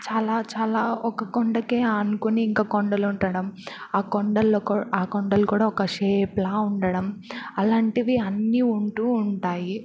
చాలా చాలా ఒక కొండకే ఆనుకుని ఇంకా కొండలు ఉండడం ఆ కొండల్లో ఆ కొండలు కూడా ఒక షేప్లా ఉండడం అలాంటివి అన్నీ ఉంటూ ఉంటాయి